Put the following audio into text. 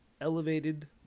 elevated